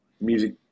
music